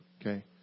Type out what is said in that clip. okay